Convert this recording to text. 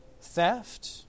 Theft